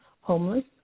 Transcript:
homeless